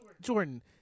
Jordan